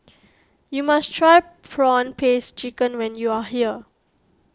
you must try Prawn Paste Chicken when you are here